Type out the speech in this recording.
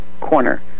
corner